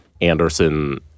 Anderson